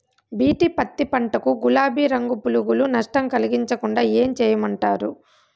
BT పత్తి పంట కు, గులాబీ రంగు పులుగులు నష్టం కలిగించకుండా ఏం చేయమంటారు?